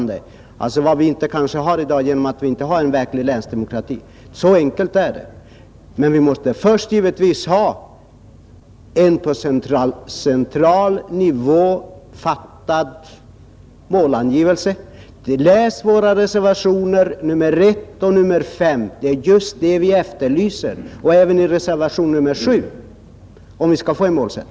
Denna möjlighet föreligger inte i dag då vi inte har en verklig länsdemokrati. Så enkelt är det. Men man måste givetvis först ha en på central nivå fattad målangivelse. Läs våra reservationer nr 1 och 5. Det är just en målsättning vi efterlyser, vilket även framgår av reservationen 7.